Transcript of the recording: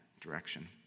direction